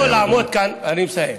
לבוא לעמוד כאן, אני מסיים.